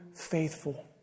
faithful